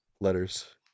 letters